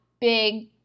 big